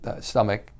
stomach